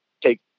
take